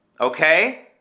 okay